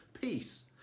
peace